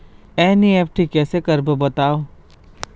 NEFT कैसे करबो बताव?